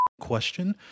question